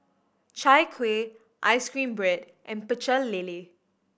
Chai Kuih ice cream bread and Pecel Lele